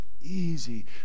easy